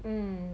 mm